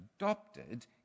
adopted